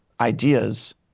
ideas